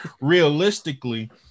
realistically